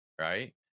Right